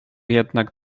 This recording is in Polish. jednak